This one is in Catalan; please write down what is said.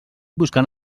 buscant